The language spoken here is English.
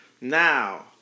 Now